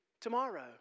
tomorrow